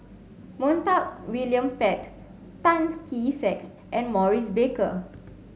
Montague William Pett Tan Kee Sek and Maurice Baker